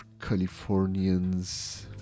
Californians